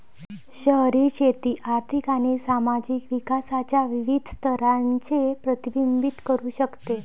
शहरी शेती आर्थिक आणि सामाजिक विकासाच्या विविध स्तरांचे प्रतिबिंबित करू शकते